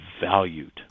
valued